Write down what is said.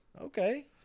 Okay